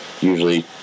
usually